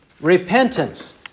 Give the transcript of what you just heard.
Repentance